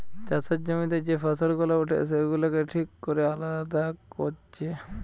চাষের জমিতে যে ফসল গুলা উঠে সেগুলাকে ঠিক কোরে আলাদা কোরছে